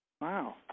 Wow